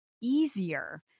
easier